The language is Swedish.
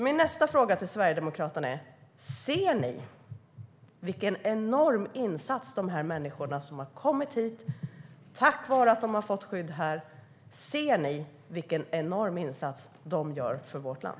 Min nästa fråga till Sverigedemokraterna är därför: Ser ni vilken enorm insats de människor som har kommit hit gör tack vare att de har fått skydd här? Ser ni vilken enorm insats de gör för vårt land?